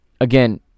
again